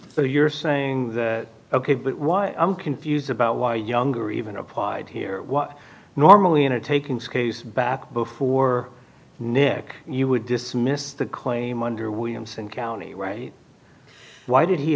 so you're saying ok but why i'm confused about why younger even applied here what normally into taking screws back before nick you would dismiss the claim under williamson county right why did he